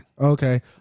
Okay